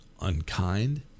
unkind